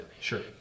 Sure